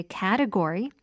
category